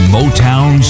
Motown